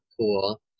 cool